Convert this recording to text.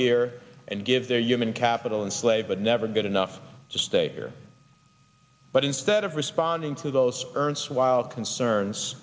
here and give their human capital and slave but never good enough to stay here but instead of responding to those ernst while concerns